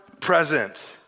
present